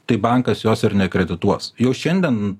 tai bankas jos ir nekredituos jau šiandien